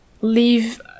leave